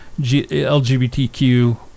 lgbtq